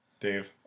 Dave